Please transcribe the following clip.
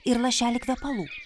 ir lašelį kvepalų